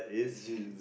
zulu